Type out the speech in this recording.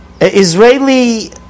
Israeli